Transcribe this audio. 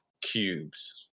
cubes